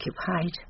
occupied